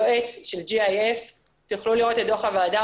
יועץ של GIS. תוכלו לראות את דוח הוועדה,